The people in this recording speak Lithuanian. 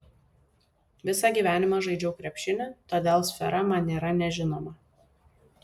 visą gyvenimą žaidžiau krepšinį todėl sfera man nėra nežinoma